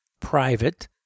private